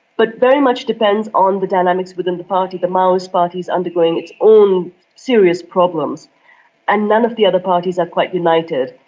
but very much depends on the dynamics within the party the maoist party's undergoing its own serious problems and none of the other parties are quite united.